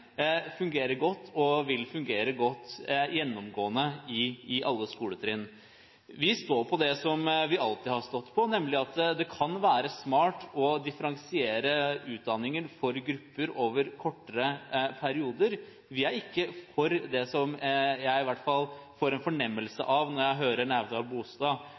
fungerer godt og vil fungere gjennomgående godt på alle skoletrinn. Vi står på det vi alltid har stått på, nemlig at det kan være smart å differensiere utdanningen for grupper over kortere perioder. Vi er ikke for det jeg i hvert fall får en fornemmelse av når jeg hører